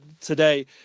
today